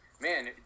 man